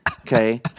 okay